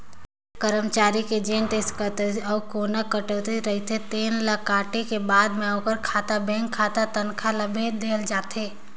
करमचारी के जेन टेक्स कटउतीए अउ कोना कटउती रहिथे तेन ल काटे के बाद म ओखर खाता बेंक खाता तनखा ल भेज देहल जाथे